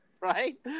Right